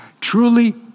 truly